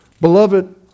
Beloved